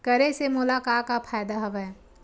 करे से मोला का का फ़ायदा हवय?